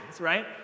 right